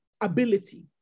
ability